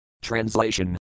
Translation